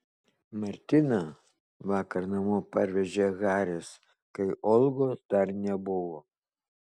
martiną vakar namo parvežė haris kai olgos dar nebuvo